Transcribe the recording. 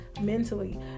mentally